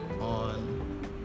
on